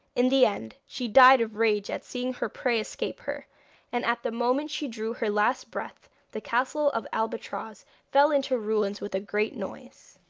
in the end she died of rage at seeing her prey escape her and at the moment she drew her last breath the castle of albatroz fell into ruins with a great noise.